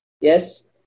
Yes